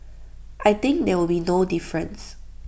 I think there will be no difference